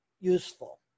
useful